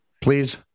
please